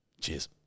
Cheers